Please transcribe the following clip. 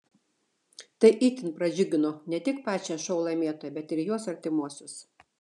tai itin pradžiugino ne tik pačią šou laimėtoją bet ir jos artimuosius